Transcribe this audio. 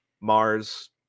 Mars